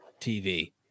TV